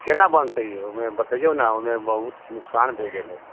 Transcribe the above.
केना बनतै यौ ओहिमे बतैयो ने ओहिमे बहुत नुकसान भए गेलै